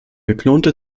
geklonte